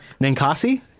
Ninkasi